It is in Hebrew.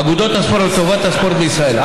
אגודות הספורט וטובת הספורט בישראל,